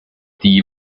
die